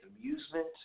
amusement